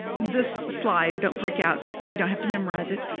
this slide, don't freak out, you don't have to memorize it.